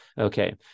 Okay